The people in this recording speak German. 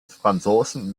franzosen